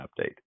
Update